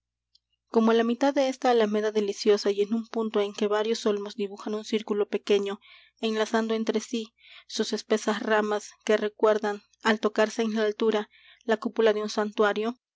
como á la mitad de esta alameda deliciosa y en un punto en que varios olmos dibujan un círculo pequeño enlazando entre sí sus espesas ramas que recuerdan al tocarse en la altura la cúpula de un santuario